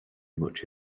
much